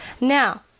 Now